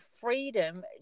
freedom